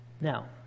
Now